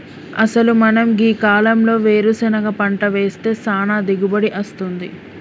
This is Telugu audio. అసలు మనం గీ కాలంలో వేరుసెనగ పంట వేస్తే సానా దిగుబడి అస్తుంది